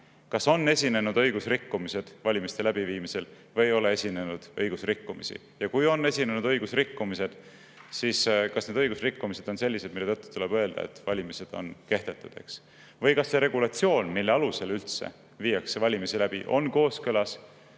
on esinenud õigusrikkumised või ei ole esinenud õigusrikkumisi. Ja kui on esinenud õigusrikkumised, siis [tuleks hinnata,] kas need õigusrikkumised on sellised, mille tõttu tuleb öelda, et valimised on kehtetud, eks, või kas see regulatsioon, mille alusel üldse viiakse valimisi läbi, on kooskõlas